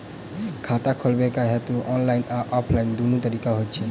खाता खोलेबाक हेतु ऑनलाइन आ ऑफलाइन दुनू तरीका छै की?